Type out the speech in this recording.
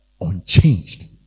unchanged